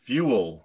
Fuel